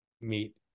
meet